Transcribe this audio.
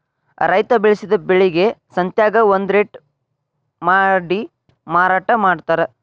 ರೈತಾ ಬೆಳಸಿದ ಬೆಳಿಗೆ ಸಂತ್ಯಾಗ ಒಂದ ರೇಟ ಮಾಡಿ ಮಾರಾಟಾ ಮಡ್ತಾರ